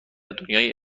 دنیای